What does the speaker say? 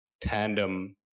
tandem